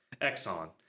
Exxon